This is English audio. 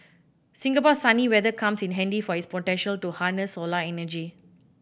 Singapore's sunny weather comes in handy for its potential to harness solar energy